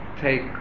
take